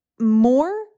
more